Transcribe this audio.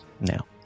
now